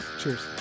Cheers